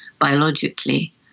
biologically